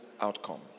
outcome